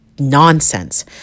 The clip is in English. nonsense